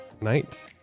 night